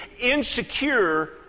insecure